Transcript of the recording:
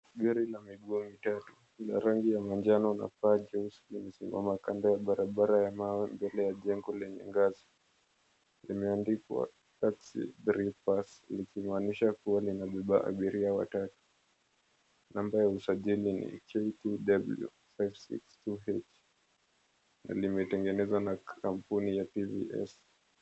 Gari la miguu mitatu, lina rangi ya manjano na paa jeusi limesimama kando ya barabara ya mawe, mbele ya jengo lenye ngazi. Limeandikwa "TAXI 3 PASS" likimaanisha kuwa linabeba abiria watatu. Namba ya usajili ni KTW562H na limetengenezwa na kampuni ya TVS.